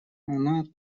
она